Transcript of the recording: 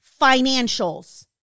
financials